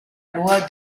loi